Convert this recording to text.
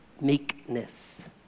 meekness